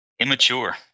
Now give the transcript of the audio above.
Immature